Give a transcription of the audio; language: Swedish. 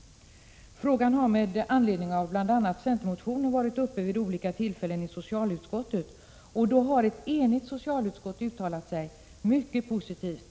Frågan har med anledning av bl.a. centermotioner varit uppe vid olika tillfällen i socialutskottet. Då har ett enigt utskott uttalat sig mycket positivt.